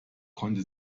konnte